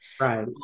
right